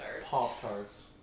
Pop-Tarts